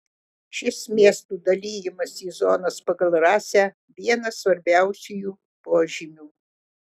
šis miestų dalijimas į zonas pagal rasę vienas svarbiausiųjų požymių